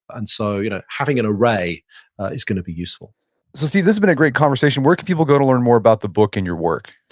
and so you know having an array is going to be useful so see this has been a great conversation. where can people go to learn more about the book and your work?